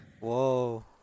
whoa